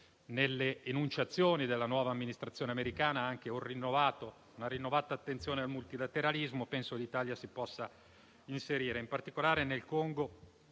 le enunciazioni della nuova amministrazione americana, con una rinnovata attenzione al multilateralismo, l'Italia si possa inserire. In particolare ricordo